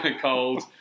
Cold